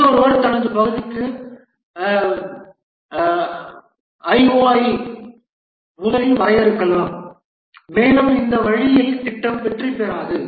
இன்னொருவர் தனது பகுதிக்கு IO ஐ முதலில் வரையறுக்கலாம் மேலும் இந்த வழியில் திட்டம் வெற்றிபெறாது